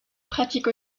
pratique